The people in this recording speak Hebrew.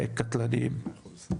ואז המלצנו להקים את הבית החם,